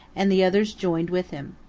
and the others joined with him.